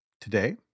Today